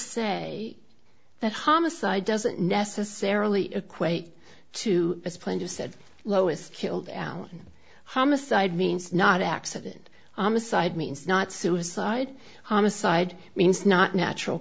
say that homicide doesn't necessarily equate to as planned you said lois killed allen homicide means not accident on the side means not suicide homicide means not natural